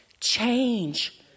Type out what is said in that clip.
change